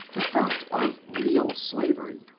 the fact of real slavery,